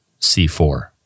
C4